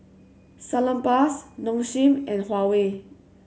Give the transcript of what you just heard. Salonpas Nong Shim and Huawei